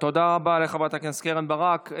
תודה, תודה רבה לחברת הכנסת קרן ברק.